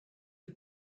you